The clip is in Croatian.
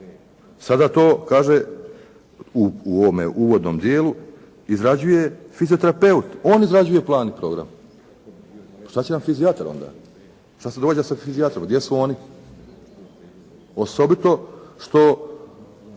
Sada to, kaže u ovome uvodnom dijelu, izrađuje fizioterapeut. on izrađuje plan i program. Što će nam fizijatar onda? Što se događa sa fizijatrima, gdje su oni? Osobito što